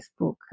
Facebook